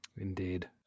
indeed